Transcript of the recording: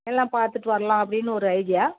எல்லாம் பார்த்துட்டு வரலாம் அப்படின்னு ஒரு ஐடியா